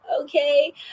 okay